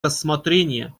рассмотрения